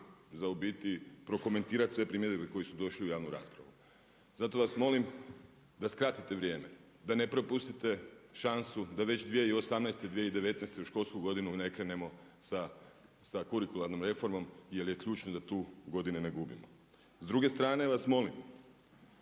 za u biti prokomentirat sve primjedbe koje su došle u javnu raspravu. Zato vas molim da skratite vrijeme, da ne propustite šansu da već 2018., 2019. u školsku godinu ne krenemo sa kurikularnom reformom jer je ključno da tu godine ne gubimo. S druge strane vas molim